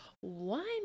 one